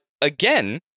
again